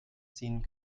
ziehen